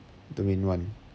domain one